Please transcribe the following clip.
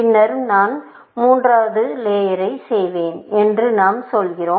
பின்னர் நான் மூன்றாவது லேயரை செய்வேன் என்று நாம் சொல்கிறோம்